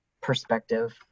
perspective